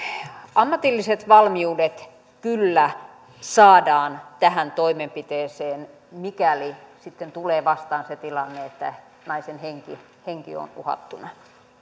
ammatilliset valmiudet kyllä saadaan tähän toimenpiteeseen mikäli sitten tulee vastaan se tilanne että naisen henki on uhattuna